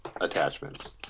attachments